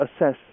assess